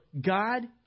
God